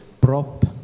Prop